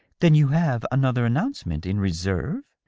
then you have another announcement in reserve?